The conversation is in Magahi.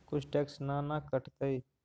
कुछ टैक्स ना न कटतइ?